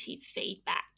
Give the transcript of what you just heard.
feedback